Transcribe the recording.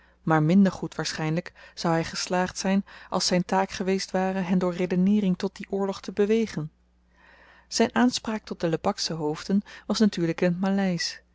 maar minder goed waarschynlyk zou hy geslaagd zyn als zyn taak geweest ware hen door redeneering tot dien oorlog te bewegen zyn aanspraak tot de lebaksche hoofden was natuurlyk